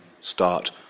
start